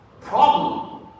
problem